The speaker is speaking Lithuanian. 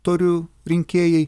torių rinkėjai